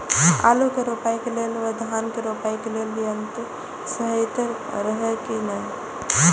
आलु के रोपाई के लेल व धान के रोपाई के लेल यन्त्र सहि रहैत कि ना?